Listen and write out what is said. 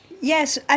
Yes